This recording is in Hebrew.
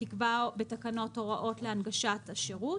תקבע בתקנות הוראות להנגשת השירות.